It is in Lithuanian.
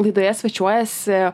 laidoje svečiuojasi